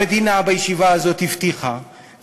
המדינה בישיבה הזאת הבטיחה,